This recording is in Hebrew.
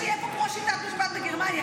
אגב שיטת המשפט בגרמניה,